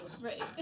Right